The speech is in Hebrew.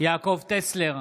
יעקב טסלר,